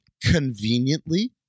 Conveniently